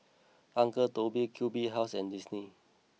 Uncle Toby's Q B House and Disney